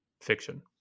fiction